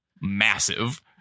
massive